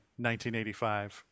1985